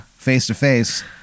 face-to-face